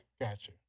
Gotcha